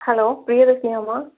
hello பிரியதர்ஷினியாம்மா